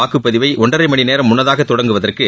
வாக்குப் பதிவை ஒன்றரை மணி நேரம் முன்னதாக தொடங்குவதற்கு